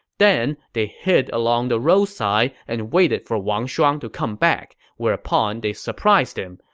then, they hid along the roadside and waited for wang shuang to come back, whereupon they surprised him,